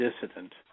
dissident